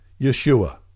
Yeshua